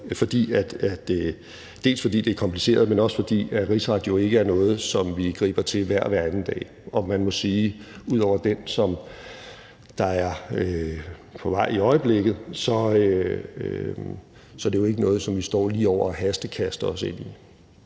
dels fordi det er kompliceret, dels fordi en rigsret jo ikke er noget, som vi griber til hver og hver anden dag. Og man må sige, at udover den, som er på vej i øjeblikket, er det jo ikke noget, som vi står lige over for at hastekaste os ind i.